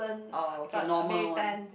oh okay normal one